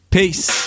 Peace